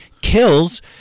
kills